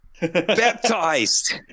Baptized